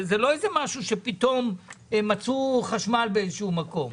זה לא משהו שפתאום מצאו חשמל באיזשהו מקום.